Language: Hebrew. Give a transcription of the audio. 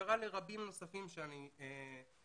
קרה לרבים נוספים שהכרתי,